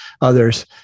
Others